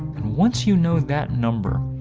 and once you know that number,